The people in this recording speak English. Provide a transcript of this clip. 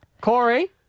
Corey